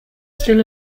still